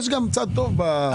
יש גם צד טוב בשקיפות הזאת.